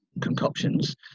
concoctions